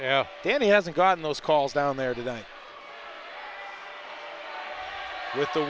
day and he hasn't gotten those calls down there today with the